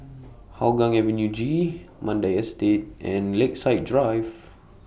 Hougang Avenue G Mandai Estate and Lakeside Drive